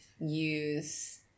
use